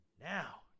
Now